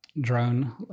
drone